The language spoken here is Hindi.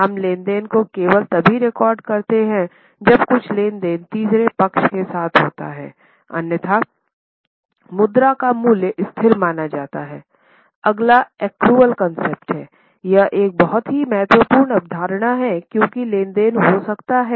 हम लेनदेन को केवल तभी रिकॉर्ड करते हैं जब कुछ लेनदेन तीसरे पक्ष के साथ होता है अन्यथा मुद्रा का मूल्य स्थिर माना जाता है